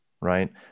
right